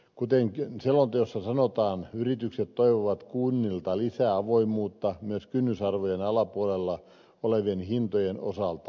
kuten selonteossa sanotaan yritykset toivovat kunnilta lisää avoimuutta myös kynnysarvojen alapuolella olevien hintojen osalta